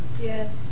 Yes